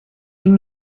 ihm